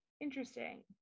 Interesting